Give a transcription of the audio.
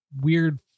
weird